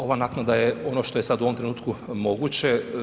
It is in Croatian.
Ova naknada je ono što je sad u ovom trenutku moguće.